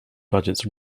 budgets